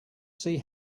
see